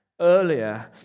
earlier